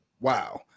wow